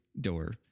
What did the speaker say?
door